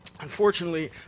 Unfortunately